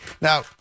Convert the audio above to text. Now